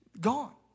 gone